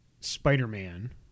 Spider-Man